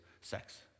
sex